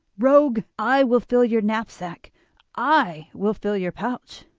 rogue. i will fill your knapsack i will fill your pouch.